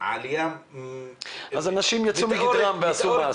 עלייה בתחלואה -- אז אנשים יצאו מגדרם ועשו מעשה.